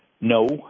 no